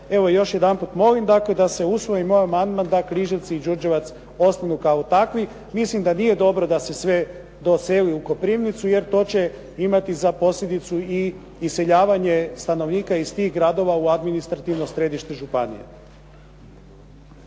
Evo još jedanput molim, dakle, da se usvoji moj amandman da Križevci i Đurđevac ostanu kao takvi, mislim da nije dobro da se sve doseli u Koprivnicu jer to će imati za posljedicu i iseljavanje stanovnika iz tih gradova u administrativno središte županije.